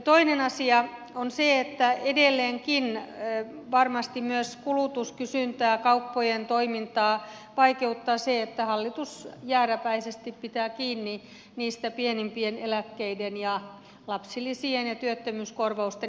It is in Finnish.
toinen asia on se että edelleenkin varmasti myös kulutuskysyntää kauppojen toimintaa vaikeuttaa se että hallitus jääräpäisesti pitää kiinni niistä pienimpien eläkkeiden ja lapsilisien ja työttömyyskorvausten indeksikorotuspäätöksistä